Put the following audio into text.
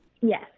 Yes